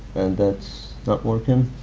and that's not working.